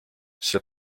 see